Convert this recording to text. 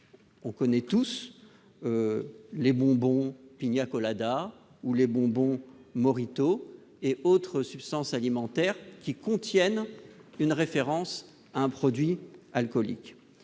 On connaît tous les bonbons Pina Colada ou Mojito et les autres substances alimentaires qui contiennent une référence à un produit alcoolique.